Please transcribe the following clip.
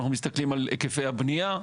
אנחנו מסתכלים על היקפי הבנייה.